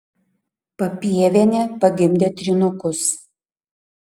papievienė pagimdė trynukus